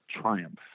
triumph